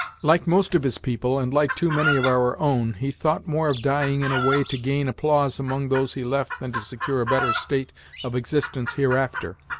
like most of his people, and like too many of our own, he thought more of dying in a way to gain applause among those he left than to secure a better state of existence hereafter.